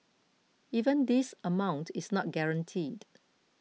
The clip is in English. even this amount is not guaranteed